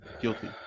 Guilty